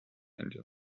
engine